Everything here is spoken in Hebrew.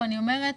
ואני אומרת,